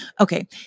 Okay